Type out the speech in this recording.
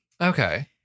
okay